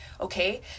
Okay